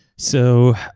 so,